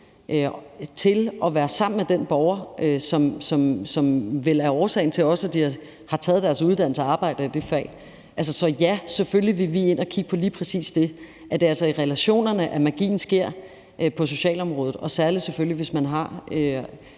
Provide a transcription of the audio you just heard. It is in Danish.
til at være sammen med den borger, som vel også er årsagen til, at de har taget deres uddannelse og arbejder i det fag. Så ja, selvfølgelig vil vi ind at kigge på lige præcis det, at det altså er i relationerne, magien sker på socialområdet, og selvfølgelig særlig, hvis man